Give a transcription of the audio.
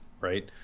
right